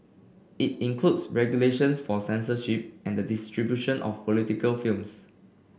it includes regulations for censorship and distribution of political films